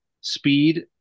speed